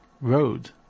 road